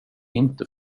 inte